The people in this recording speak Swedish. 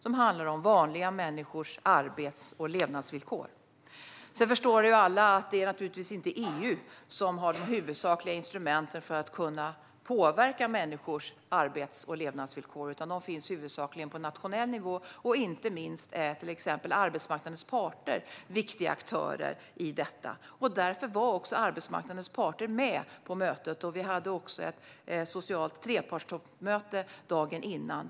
Det handlar om vanliga människors arbets och levnadsvillkor. Sedan förstår ju alla att det naturligtvis inte är EU som har de huvudsakliga instrumenten för att kunna påverka människors arbets och levnadsvillkor; dessa finns huvudsakligen på nationell nivå. Inte minst är till exempel arbetsmarknadens parter viktiga aktörer i detta. Därför var också arbetsmarknadens parter med på mötet. Vi hade även ett socialt trepartstoppmöte dagen innan.